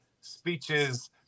speeches